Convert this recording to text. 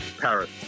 Paris